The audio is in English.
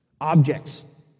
objects